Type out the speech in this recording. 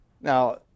Now